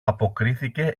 αποκρίθηκε